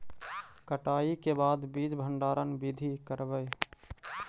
कटाई के बाद बीज भंडारन बीधी करबय?